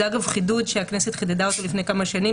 זה אגב חידוד שהכנסת חידדה אותו לפני כמה שנים.